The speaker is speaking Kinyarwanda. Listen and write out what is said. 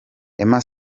emma